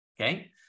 okay